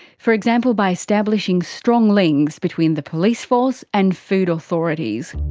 for example by establishing strong links between the police force and food authorities.